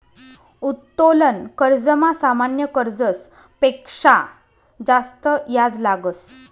उत्तोलन कर्जमा सामान्य कर्जस पेक्शा जास्त याज लागस